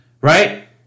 right